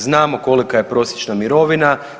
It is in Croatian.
Znamo kolika je prosječna mirovina.